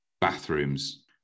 Bathrooms